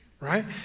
right